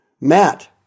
Matt